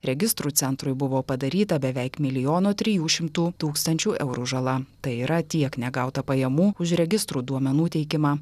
registrų centrui buvo padaryta beveik milijono trijų šimtų tūkstančių eurų žala tai yra tiek negauta pajamų už registrų duomenų teikimą